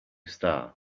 star